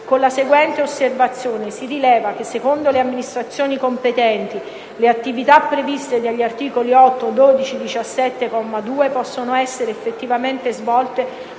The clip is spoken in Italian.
con la seguente osservazione: - si rileva che, secondo le amministrazioni competenti, le attività previste dagli articoli 8, 12 e 17, comma 2, possono essere effettivamente svolte